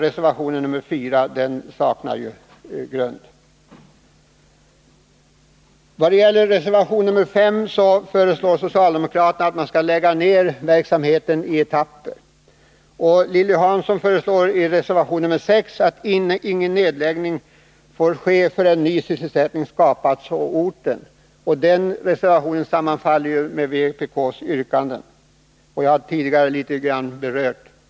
Reservation 4 saknar därför grund. I reservation 5 föreslår socialdemokraterna att man skall lägga ned verksamheten i etapper. I reservation 6 föreslår Lilly Hansson att nedläggning inte får ske, förrän ny sysselsättning har skapats på orten. Denna reservation sammanfaller ju med vpk:s yrkanden. Jag har tidigare berört detta förslag.